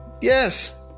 yes